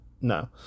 no